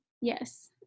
Yes